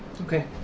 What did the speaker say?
Okay